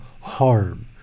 harm